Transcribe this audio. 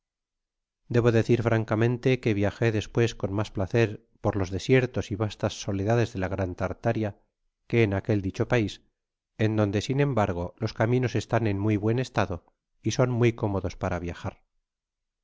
debo decir francamente que viajé despues con mas placer por los desiertos y vastas soledades de la gran tartaria que en aquel dicho pais en donde sin embargo los caminos estan en muy buen estado y son muy cómodos para viajar